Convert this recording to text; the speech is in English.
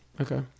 Okay